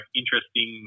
interesting